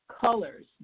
colors